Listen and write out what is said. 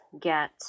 get